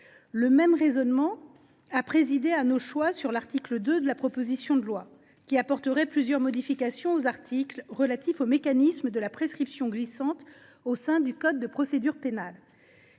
Le même raisonnement a présidé à nos choix sur l’article 2 de la proposition de loi, qui apportait plusieurs modifications aux articles relatifs au mécanisme de la prescription glissante au sein du code de procédure pénale.